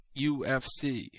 UFC